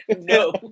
No